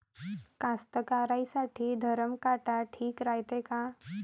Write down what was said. कास्तकाराइसाठी धरम काटा ठीक रायते का?